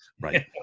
Right